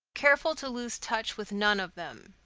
careful to lose touch with none of them.